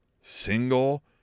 single